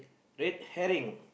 red herring